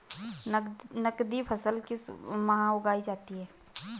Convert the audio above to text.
नकदी फसल किस माह उगाई जाती है?